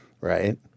right